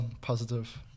positive